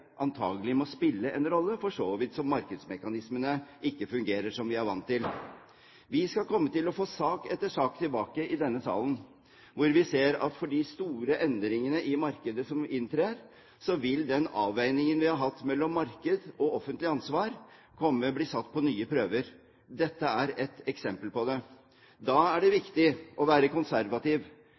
må spille en rolle, for så vidt som markedsmekanismene ikke fungerer som vi er vant til. Vi skal komme til å få sak etter sak tilbake i denne salen, hvor vi ser at med de store endringene i markedet som inntrer, vil den avveiningen vi har hatt mellom marked og offentlig ansvar, bli satt på nye prøver. Dette er et eksempel på det. Da er det viktig å være konservativ.